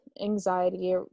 anxiety